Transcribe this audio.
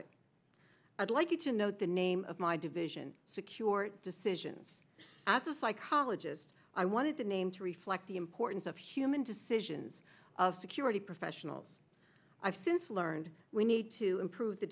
it i'd like you to know the name of my division secured decisions as a psychologist i wanted to name to reflect the importance of human decisions of security professionals i've since learned we need to improve the